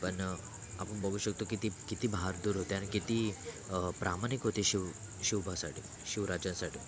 पण आपण बघू शकतो ते किती बहादूर होते आणि किती प्रामाणिक होते शिव शिवबासाठी शिवराज्यासाठी